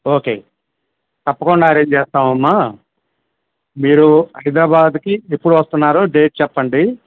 okay తప్పకుండా arrange చేస్తామమ్మా మీరు హైదరాబాదుకి ఎప్పుడు వస్తున్నారో డేట్ చెప్పండి